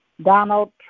Donald